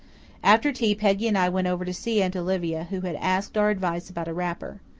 after tea peggy and i went over to see aunt olivia, who had asked our advice about a wrapper.